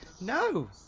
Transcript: No